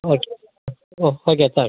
okay okay thank